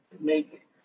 make